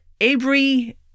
Avery